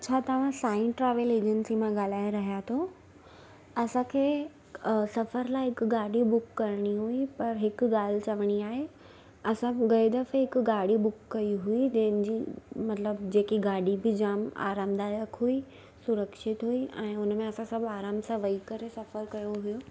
छा तव्हां Sai travel agency मां ॻाल्हाए रहिया थो असांखे सफ़र लाइ हिक गाॾी बुक करिणी हुई त हिकु ॻाल्हि चवणी आहे असां गए दफ़े हिक गाॾी बुक कई हुई जंहिंजो मतलबु जेकी गाॾी बि जाम आरामदायक हुई सुरक्षित हुई ऐं हुन में असां सभु आरामु सां वेई करे सफ़रु कयो हुयो